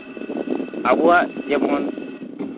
ᱟᱵᱚᱣᱟᱜ ᱡᱮᱢᱚᱱ